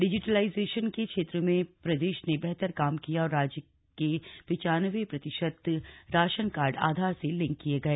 digitalisation के क्षेत्र में प्रदेश ने बेहतर काम किया और राज्य के पिचानब्बे प्रतिशत राशन कार्ड आधार से लिंक किये गए